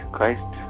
Christ